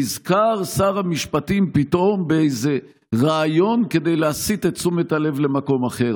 נזכר שר המשפטים פתאום באיזה רעיון כדי להסיט את תשומת הלב למקום אחר.